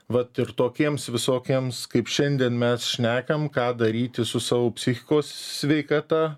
vat ir tokiems visokiems kaip šiandien mes šnekam ką daryti su savo psichikos sveikata